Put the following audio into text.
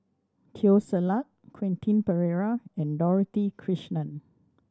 Teo Ser Luck Quentin Pereira and Dorothy Krishnan